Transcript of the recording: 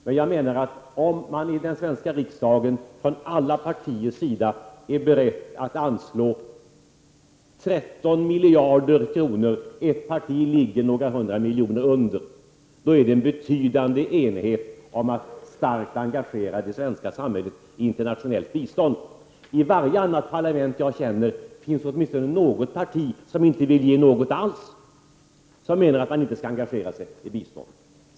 Men jag menar att om man i den svenska riksdagen från samtliga partiers sida är beredd att anslå 13 miljarder kronor — ett parti ligger några hundra miljoner under — finns det en betydande enighet om att starkt engagera det svenska samhället i internationellt bistånd. I varje annat parlament som jag känner till finns åtminstone något parti som inte vill ge någonting alls och menar att man inte skall engagera sig i bistånd.